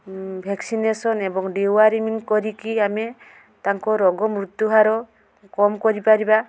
vaccination ଏବଂ deworming କରିକି ଆମେ ତାଙ୍କ ରୋଗ ମୃତ୍ୟୁ ହାର କମ୍ କରି ପାରିବା